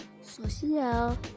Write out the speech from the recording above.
social